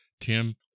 Tim